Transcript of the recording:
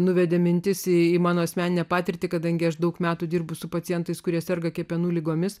nuvedė mintis į mano asmeninę patirtį kadangi aš daug metų dirbu su pacientais kurie serga kepenų ligomis